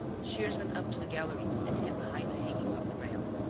shears went up to the gallery and hid behind the hangings of the rail.